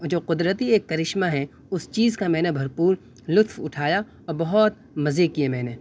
جو قدرتی ایک کرشمہ ہے اس چیز کا میں نے بھرپور لطف اٹھایا اور بہت مزے کیے میں نے